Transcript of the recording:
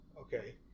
okay